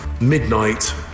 midnight